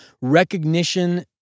recognition